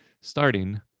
starting